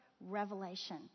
Revelation